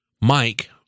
Mike